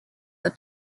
are